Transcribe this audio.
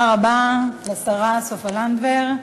אבל הדבר הזה